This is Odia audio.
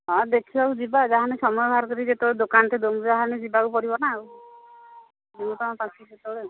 ହଁ ଦେଖିବାକୁ ଯିବା ଯାହାହେଲେ ସମୟ ବାହାର କରିକି ଯେତେବେଳେ ଦୋକାନଟେ ଯାହାହେଲେ ଯିବାକୁ ପଡ଼ିବ ନା ଆଉ ସେତେବେଳେ